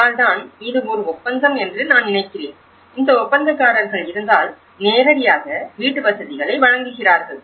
அதனால் தான் இது ஒரு ஒப்பந்தம் என்று நான் நினைக்கிறேன் இந்த ஒப்பந்தக்காரர்கள் இருந்தால் நேரடியாக வீட்டுவசதிகளை வழங்குகிறார்கள்